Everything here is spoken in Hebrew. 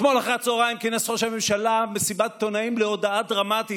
אתמול אחרי הצוהריים כינס ראש הממשלה מסיבת עיתונאים להודעה דרמטית.